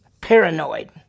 paranoid